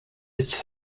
its